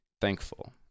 thankful